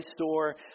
Store